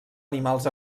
animals